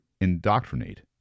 indoctrinate